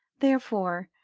therefore,